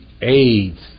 aids